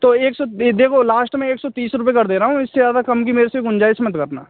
तो एक सौ देखो लास्ट मैं एक सौ तीस रुपए कर दे रहा हूँ इससे ज़्यादा कम की मेरे से गुंजाइश मत करना